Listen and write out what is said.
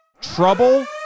Trouble